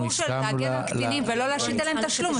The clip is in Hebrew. הסכמנו --- הסיפור של להגן על קטינים ולא להשית עליהם תשלום,